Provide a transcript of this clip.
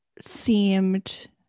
seemed